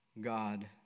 God